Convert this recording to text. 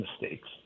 mistakes